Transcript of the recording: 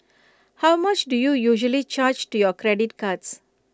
how much do you usually charge to your credit cards